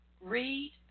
read